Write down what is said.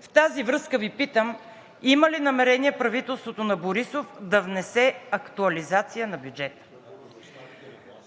В тази връзка Ви питам: има ли намерение правителството на Борисов да внесе актуализация на бюджета?